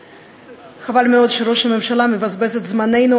חבל מאוד שראש הממשלה מבזבז את זמננו,